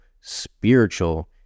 spiritual